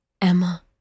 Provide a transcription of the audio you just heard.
Emma